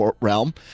realm